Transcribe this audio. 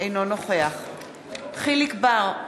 אינו נוכח יחיאל חיליק בר,